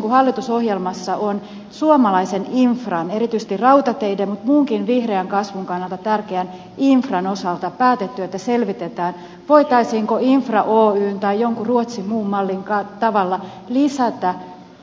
kun hallitusohjelmassa on suomalaisen infran erityisesti rautateiden mutta muunkin vihreän kasvun kannalta tärkeän infran osalta päätetty että selvitetään voitaisiinko infra oyn tai jonkun ruotsin muun mallin tavalla lisätä